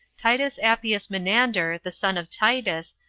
titus appius menander, the son of titus,